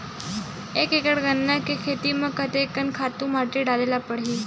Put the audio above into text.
एक एकड़ गन्ना के खेती म कते कन खातु माटी डाले ल पड़ही?